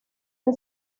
que